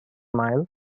mile